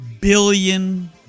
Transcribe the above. billion